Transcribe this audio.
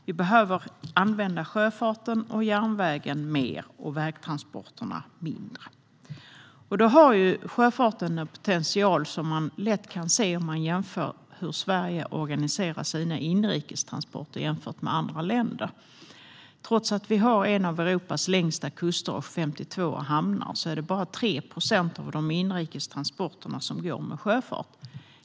Vi behöver använda sjöfarten och järnvägen mer och vägtransporterna mindre. Sjöfarten har en potential som är lätt att se om man tittar på hur Sverige organiserar sina inrikestransporter jämfört med andra länder. Trots att vi har en av Europas längsta kuster och 52 hamnar är det bara 3 procent av de inrikes transporterna som går med sjöfart.